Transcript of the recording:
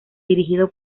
dirigido